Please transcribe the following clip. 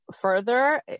further